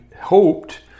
hoped